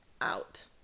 out